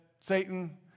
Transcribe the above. Satan